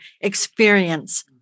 experience